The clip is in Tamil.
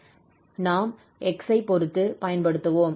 நாம் x பொறுத்து பயன்படுத்துவோம்